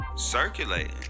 Circulating